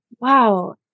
Wow